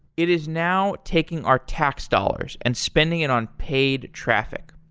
it is now taking our tax dollars and spending it on paid traffic.